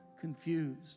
confused